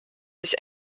sich